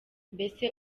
mbese